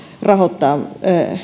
rahoittaa